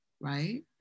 right